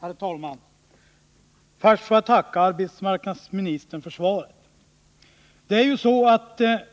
Herr talman! Först får jag tacka arbetsmarknadsministern för svaret.